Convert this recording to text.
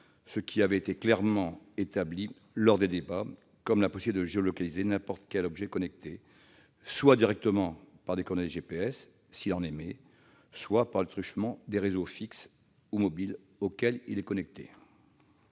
ce qui avait été clairement établi lors des débats, comme la possibilité de géolocaliser n'importe quel objet connecté, soit directement par ses coordonnées GPS, s'il en émet, soit par le truchement des réseaux fixes ou mobiles auxquels il est connecté.